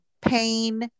pain